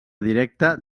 directa